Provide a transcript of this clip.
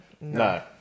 no